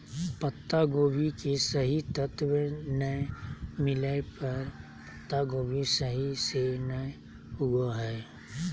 पत्तागोभी के सही तत्व नै मिलय पर पत्तागोभी सही से नय उगो हय